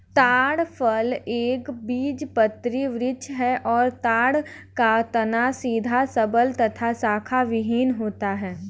ताड़ फल एक बीजपत्री वृक्ष है और ताड़ का तना सीधा सबल तथा शाखाविहिन होता है